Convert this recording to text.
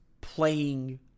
playing